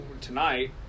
tonight